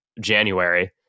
January